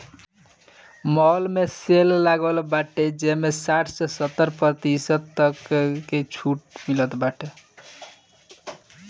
माल में सेल लागल बाटे जेमें साठ से सत्तर प्रतिशत तकले कअ छुट मिलत बाटे